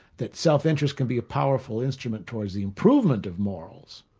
that self-interest could be a powerful instrument towards the improvement of morals,